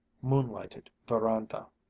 moon-lighted veranda.